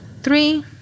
three